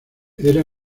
era